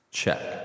check